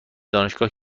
دانشگاه